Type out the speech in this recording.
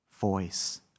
voice